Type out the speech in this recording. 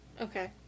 Okay